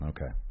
Okay